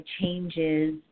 changes